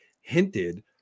hinted